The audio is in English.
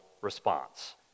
response